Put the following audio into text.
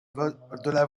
voie